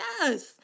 yes